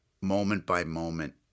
moment-by-moment